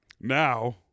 Now